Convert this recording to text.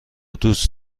دوست